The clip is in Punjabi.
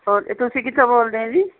ਹਾਂ ਤੁਸੀਂ ਕਿੱਥੋਂ ਬੋਲਦੇ ਹੋ ਜੀ